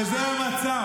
צאי החוצה.